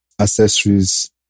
accessories